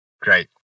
Great